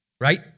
right